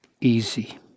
easy